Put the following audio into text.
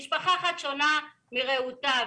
כל משפחה שונה מרעותה,